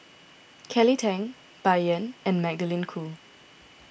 Kelly Tang Bai Yan and Magdalene Khoo